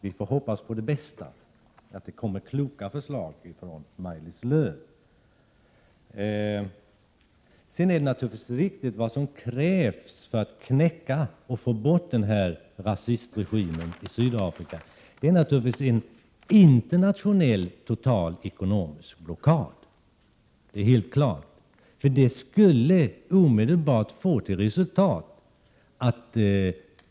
Vi får hoppas på det bästa, att det kommer kloka förslag från Maj-Lis Lööw. Vad som krävs för att knäcka denna rasistregim och få bort den från Sydafrika är en internationell total ekonomisk blockad. Det är helt klart. En sådan skulle omedelbart få resultat.